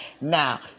Now